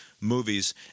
movies